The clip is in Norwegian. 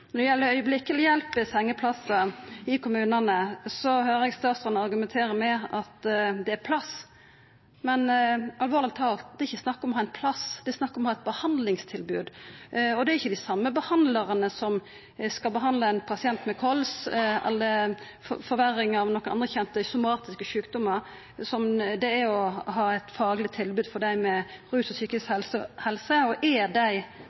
Når det gjeld strakshjelp-sengeplassar i kommunane, høyrer eg statsråden argumenterer med at det er plass. Men alvorleg tala, det er ikkje snakk om å ha ein plass ‒ det er snakk om å ha eit behandlingstilbod. Det er ikkje det same å behandla ein pasient med KOLS eller ei forverring av andre kjende somatiske sjukdomar, som det er å ha eit fagleg tilbod for dei med problem med rus og psykisk helse. Er dei